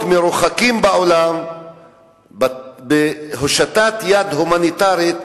מרוחקים בעולם בהושטת יד הומניטרית,